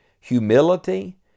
humility